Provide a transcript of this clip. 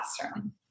classroom